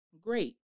great